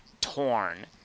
Torn